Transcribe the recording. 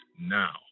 now